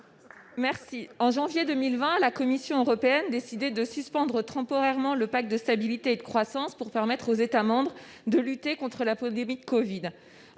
Lavarde. En janvier 2020, la Commission européenne décidait de suspendre temporairement le pacte de stabilité et de croissance pour permettre aux États membres de lutter contre la pandémie de covid.